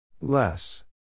Less